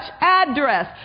address